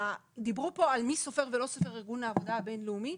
דיברו פה על מי סופר ולא סופר ארגון העבודה הבינלאומי,